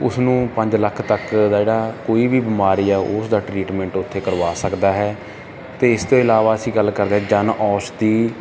ਉਸਨੂੰ ਪੰਜ ਲੱਖ ਤੱਕ ਦਾ ਜਿਹੜਾ ਕੋਈ ਵੀ ਬਿਮਾਰੀ ਹੈ ਉਹ ਉਸਦਾ ਟ੍ਰੀਟਮੈਂਟ ਉੱਥੇ ਕਰਵਾ ਸਕਦਾ ਹੈ ਅਤੇ ਇਸ ਤੋਂ ਇਲਾਵਾ ਅਸੀਂ ਗੱਲ ਕਰਦੇ ਹਾਂ ਜਨ ਔਸ਼ਧੀ